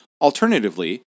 Alternatively